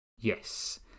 Yes